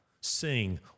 sing